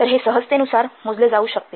तर हे सहजतेनुसार मोजले जाऊ शकते